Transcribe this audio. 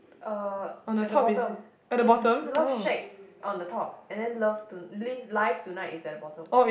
uh at the bottom is love shack on the top and then love to live life tonight is at the bottom